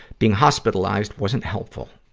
being hospitalized wasn't helpful,